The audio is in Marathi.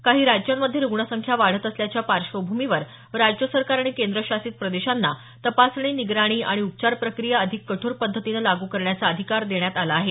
काही राज्यांमध्ये रुग्णसंख्या वाढत असल्याच्या पार्श्वभूमीवर राज्य सरकार आणि केंद्रशासित प्रदेशांना तपासणी निगराणी आणि उपचार प्रक्रिया अधिक कठोर पद्धतीनं लागू करण्याचा अधिकार देण्यात आला आहे